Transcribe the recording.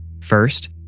First